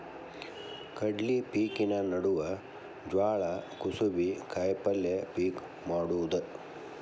ಕಡ್ಲಿ ಪಿಕಿನ ನಡುವ ಜ್ವಾಳಾ, ಕುಸಿಬಿ, ಕಾಯಪಲ್ಯ ಪಿಕ್ ಮಾಡುದ